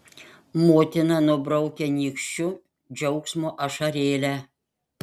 motina nubraukia nykščiu džiaugsmo ašarėlę